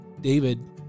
David